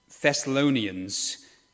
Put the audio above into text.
Thessalonians